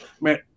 man